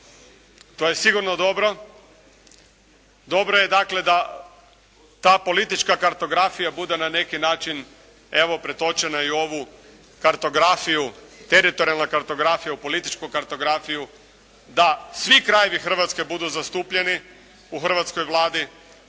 To je sigurno dobro. Dobro je dakle da ta politička kartografija bude na neki način evo pretočena i u ovu kartografiju, teritorijalnu kartografiju, u političku kartografiju da svi krajevi Hrvatske budu zastupljeni u hrvatskoj Vladi